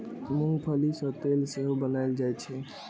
मूंंगफली सं तेल सेहो बनाएल जाइ छै